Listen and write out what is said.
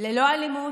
ללא אלימות,